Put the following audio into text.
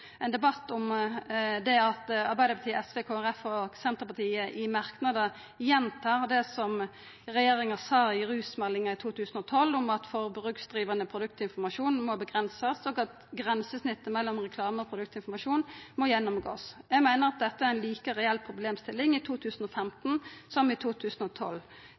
ein debatt om at Arbeidarpartiet, SV, Kristeleg Folkeparti og Senterpartiet i merknader gjentar det som regjeringa sa i rusmeldinga i 2012 om at forbruksdrivande produktinformasjon må avgrensast, og at ein må gå igjennom grensesnittet mellom reklame og produktinformasjon. Eg meiner at det er ei like reell problemstilling i 2015 som i 2012.